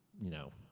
you know,